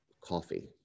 coffee